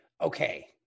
okay